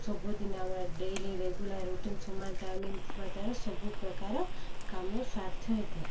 ସବୁଦିନ ଆମର daily regular routine ସମାନ ଟାଇମିଂ ଥିବା ଦ୍ୱାରା ସବୁ ପ୍ରକାର କାମ ସ୍ଵାର୍ଥ ହେଇଥାଏ